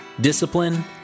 discipline